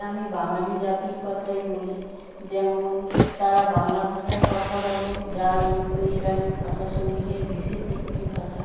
আমি বাঙালি জাতির কথাই বলি যেমন তারা বাংলা ভাষায় কথা বলে যা ইন্দো ইরানীয় ভাষা সমূহের বিশেষ একটি ভাষা